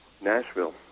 Nashville